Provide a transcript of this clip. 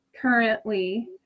currently